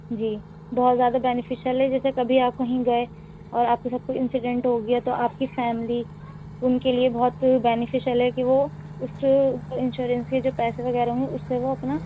جی بہت زیادہ بینیفیشیل ہے جیسے کبھی آپ کہیں گئے اور آپ کے ساتھ کوئی انسیڈنٹ ہو گیا تو آپ کی فیملی ان کے لیے بہت بینیفیشیل ہے کہ وہ اس سے انشورنس کے جو پیسے وغیرہ ہیں اس سے وہ اپنا